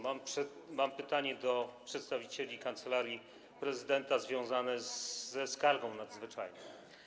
Mam pytanie do przedstawicieli Kancelarii Prezydenta związane ze skargą nadzwyczajną.